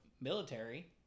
military